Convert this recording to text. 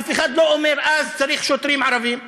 אף אחד לא אומר אז: צריך שוטרים ערבים.